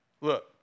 Look